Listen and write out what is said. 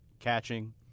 Catching